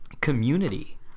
community